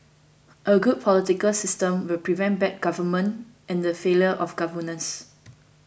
a good political system will prevent bad government and the failure of governance